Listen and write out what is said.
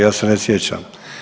Ja se ne sjećam.